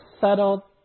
settle